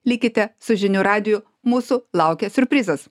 likite su žinių radiju mūsų laukia siurprizas